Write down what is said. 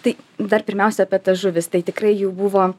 tai dar pirmiausia apie tas žuvis tai tikrai jų buvo